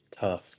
Tough